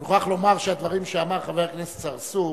אני מוכרח להגיד שהדברים שאמר חבר הכנסת צרצור,